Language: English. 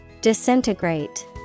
Disintegrate